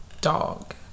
dog